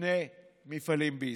שני מפעלים בישראל.